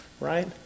right